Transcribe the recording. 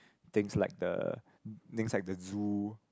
things like the things like the zoo